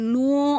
no